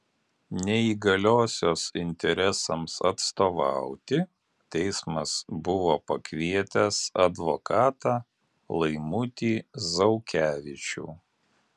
neįgaliosios interesams atstovauti teismas buvo pakvietęs advokatą laimutį zaukevičių